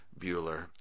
Bueller